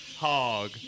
hog